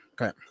okay